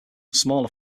smaller